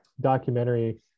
documentary